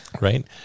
Right